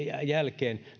jälkeen